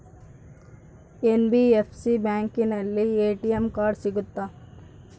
NBFC ಬ್ಯಾಂಕಿನಲ್ಲಿ ATM card ಸಿಗುತ್ತಾ?